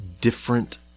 different